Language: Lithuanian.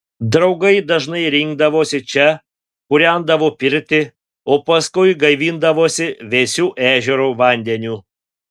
draugai dažnai rinkdavosi čia kūrendavo pirtį o paskui gaivindavosi vėsiu ežero vandeniu